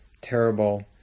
terrible